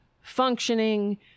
functioning